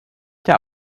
der